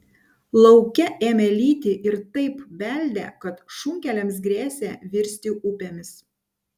lauke ėmė lyti ir taip beldė kad šunkeliams grėsė virsti upėmis